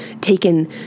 taken